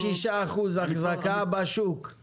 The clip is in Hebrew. עכשיו, זה לכאורה, ועל כך אני שואל, יוצר בעיה.